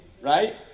right